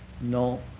No